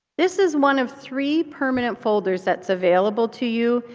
this is one of three permanent folders that's available to you.